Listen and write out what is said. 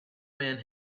man